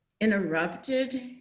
interrupted